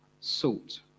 salt